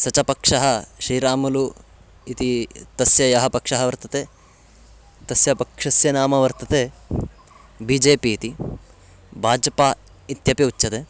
स च पक्षः श्रीरामलु इति तस्य यः पक्षः वर्तते तस्य पक्षस्य नाम वर्तते बी जे पि इति बाज्पा इत्यपि उच्यते